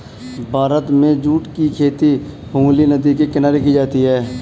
भारत में जूट की खेती हुगली नदी के किनारे की जाती है